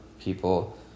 people